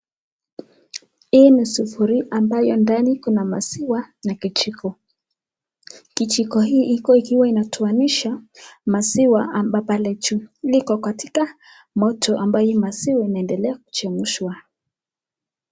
Hii ni sufuria ambayo ndani kuna maziwa na kijiko, kijiko hii ikiwa inatowanishwa maziwa pale juu, katika moto ambayo maziwa inachemsha.